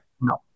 No